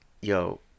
yo